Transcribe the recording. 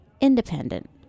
independent